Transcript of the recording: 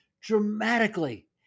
dramatically